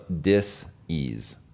dis-ease